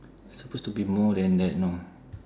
supposed to be more than that know